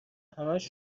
همش